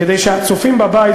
כדי שהצופים בבית,